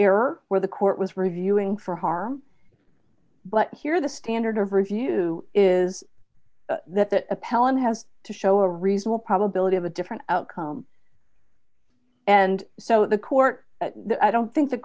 error where the court was reviewing for harm but here the standard of review is that the appellant has to show a reasonable probability of a different outcome and so the court i don't think the